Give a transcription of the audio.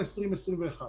אדוני היושב-ראש,